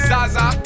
Zaza